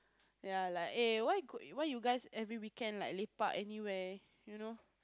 ya like eh why why you guys every weekend like lepak anywhere you know